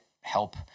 help